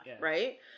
right